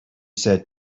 said